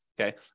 okay